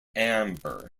amber